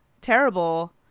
terrible